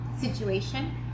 situation